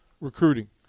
recruiting